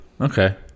Okay